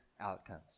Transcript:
outcomes